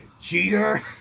Cheater